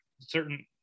certain